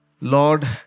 Lord